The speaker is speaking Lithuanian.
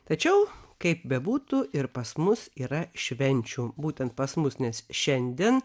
tačiau kaip bebūtų ir pas mus yra švenčių būtent pas mus nes šiandien